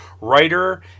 writer